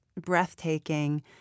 breathtaking